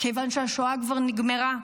כיוון שהשואה כבר נגמרה,